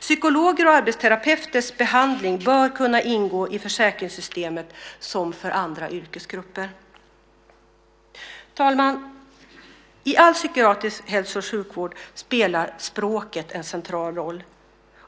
Psykologer och arbetsterapeuters behandling bör kunna ingå i försäkringssystemet på samma villkor som för andra yrkesgrupper. Herr talman! I all psykiatrisk hälso och sjukvård spelar språket en central roll.